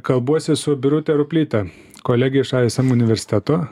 kalbuosi su birute ruplyte kolegijos ism universiteto